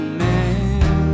man